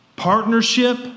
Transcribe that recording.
Partnership